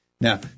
now